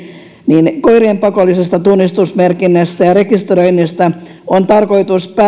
niin koirien pakollisesta tunnistusmerkinnästä ja rekisteröinnistä on tarkoitus